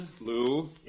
Lou